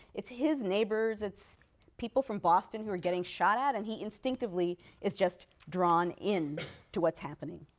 it's his neighbors, it's people from boston who are getting shot at, and he instinctively is just drawn in to what's happening.